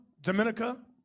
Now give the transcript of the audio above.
Dominica